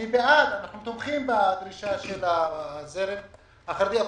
אני בעד, אנחנו תומכים בדרישה של הזרם החרדי.